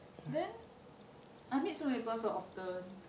then I meet so many people so often